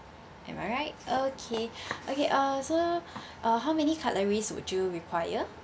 am I right okay okay uh so uh how many cutleries would you require